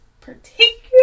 particular